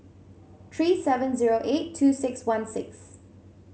three seven zero eight two six one six